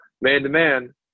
man-to-man